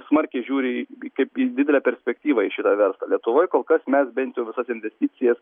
smarkiai žiūri kaip į didelę perspektyvą į šitą verslą lietuvoj kol kas mes bent jau visas investicijas